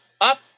up